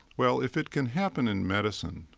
well, if it can happen in medicine,